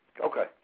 Okay